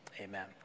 amen